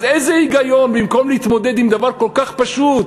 אז איזה היגיון, במקום להתמודד עם דבר כל כך פשוט,